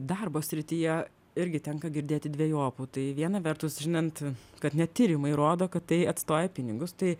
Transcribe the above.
darbo srityje irgi tenka girdėti dvejopų tai viena vertus žinant kad net tyrimai rodo kad tai atstoja pinigus tai